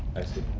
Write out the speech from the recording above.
i see.